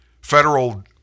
Federal